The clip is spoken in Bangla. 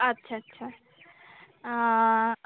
আচ্ছা আচ্ছা